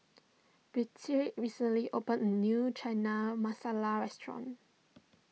Birtie recently opened a new Chana Masala restaurant